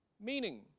meaning